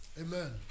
Amen